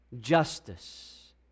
justice